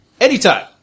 anytime